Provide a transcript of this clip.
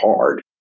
hard